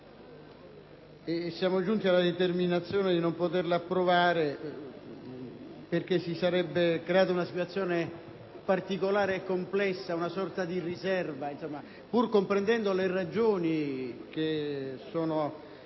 siamo giunti alla determinazione di non poterlo approvare perché si sarebbe creata una situazione particolare e complessa, una sorta di riserva, pur comprendendo le ragioni che sono